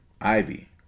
Ivy